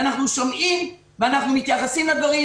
אנחנו שומעים ואנחנו מתייחסים לדברים